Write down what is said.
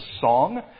song